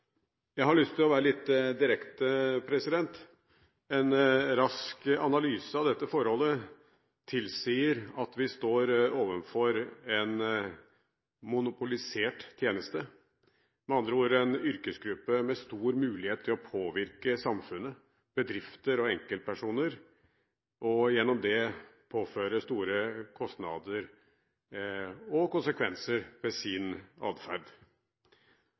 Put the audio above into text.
Jeg har lyst til å være litt direkte. En rask analyse av dette forholdet tilsier at vi står overfor en monopolisert tjeneste, med andre ord en yrkesgruppe med stor mulighet til å påvirke samfunnet, bedrifter og enkeltpersoner, og gjennom det påføre store kostnader og konsekvenser ved sin